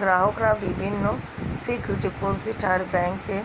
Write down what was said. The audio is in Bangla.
গ্রাহকরা বিভিন্ন ফিক্সড ডিপোজিট আর ব্যাংকে